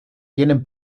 tienen